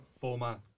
former